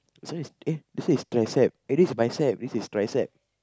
serious eh this is tricep eh this is bicep this is tricep